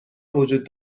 وجود